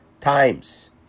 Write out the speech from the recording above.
times